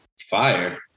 Fire